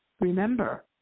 Remember